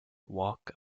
walk